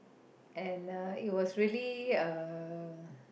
and uh it was really uh